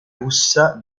russa